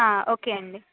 okay అండి